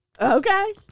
Okay